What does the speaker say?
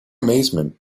amazement